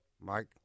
Mike